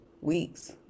weeks